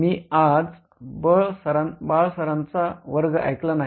मी आज बाला सरांचा वर्ग ऐकला नाही